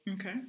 okay